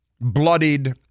bloodied